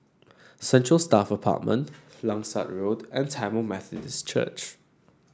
Central Staff Apartment Langsat Road and Tamil Methodist Church